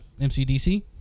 MCDC